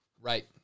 right